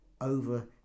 over